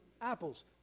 apples